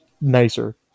nicer